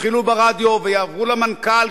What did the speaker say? התחילו ברדיו ויעברו למנכ"ל,